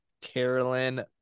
Carolyn